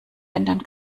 ändern